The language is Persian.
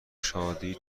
شادی